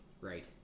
Right